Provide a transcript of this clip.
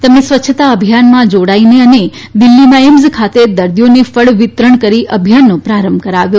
તેમણે સ્વચ્છતાઅભિયાનમાં જોડાઈને અને દિલ્હીમાં એઈમ્સ ખાતે દર્દીઓને ફળનું વિતરણ કરી અભિયાનનો પ્રારંભ કરાવ્યો